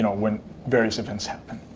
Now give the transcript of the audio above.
when various events happen.